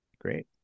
Great